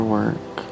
work